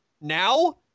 now